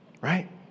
right